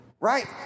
right